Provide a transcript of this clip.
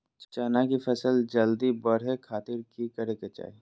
चना की फसल जल्दी बड़े खातिर की करे के चाही?